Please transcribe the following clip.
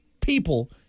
people